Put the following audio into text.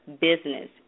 business